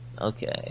Okay